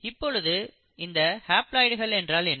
இப்பொழுது இந்த ஹேப்லாய்டுகள் என்றால் என்ன